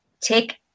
take